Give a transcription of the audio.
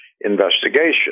investigation